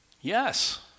Yes